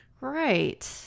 right